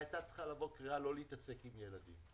הייתה צריכה לבוא קריאה לא להתעסק עם ילדים,